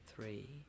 three